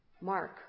mark